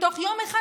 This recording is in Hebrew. בתוך יום אחד,